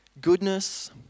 Goodness